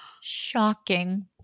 Shocking